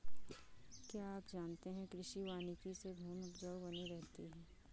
क्या आप जानते है कृषि वानिकी से भूमि उपजाऊ बनी रहती है?